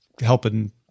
helping